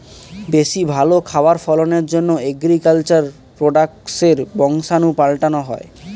বেশি ভালো খাবার ফলনের জন্যে এগ্রিকালচার প্রোডাক্টসের বংশাণু পাল্টানো হয়